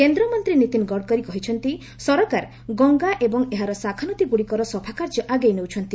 କେନ୍ଦ୍ରମନ୍ତ୍ରୀ ନୀତିନ ଗଡକରୀ କହିଛନ୍ତି ସରକାର ଗଙ୍ଗା ଏବଂ ଏହା ଶାଖା ନଦୀ ଗୁଡିକର ସଫାକାର୍ଯ୍ୟ ଆଗେଇ ନେଉଛନ୍ତି